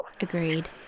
Agreed